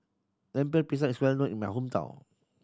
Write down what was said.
Lemper Pisang is well known in my hometown